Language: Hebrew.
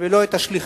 ולא את השליחים.